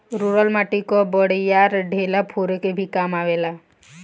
roller माटी कअ बड़ियार ढेला फोरे के भी काम आवेला